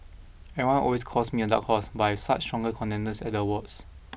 everyone always calls me a dark horse but I've such stronger contenders at the awards